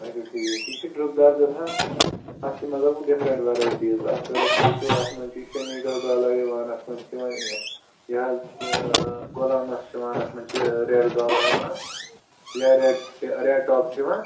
اَچھا ٹھیٖک یہِ چھِ ڈرٛپ دار گژھان اَتھ چھِ مطلب ڈِفرَنٛٹ ویٚرایٹیٖز اکھ اگر أسۍ وُچھو اَتھ منٛز چھِ شنیٖگا گالا یِوان اَتھ منٛز چھِ یِوان یہِ یہِ حظ غۅلامَس منٛز چھِ یِوان اَتھ منٛز چھِ ریٚڈ گالا یِوان یا رٮ۪ڈ ریٚڈ ٹاپ چھِ یِوان